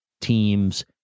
teams